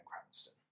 Cranston